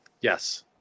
Yes